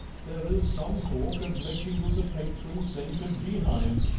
there is some talk of making you the patron saint of beehives,